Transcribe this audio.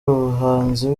ubuhanzi